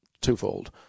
twofold